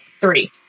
Three